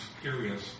curious